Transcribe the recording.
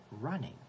running